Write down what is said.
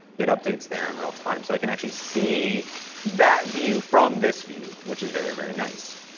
it updates there in real time. so, i can actually see that view from this view, which is very, very nice.